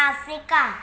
Africa